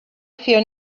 fear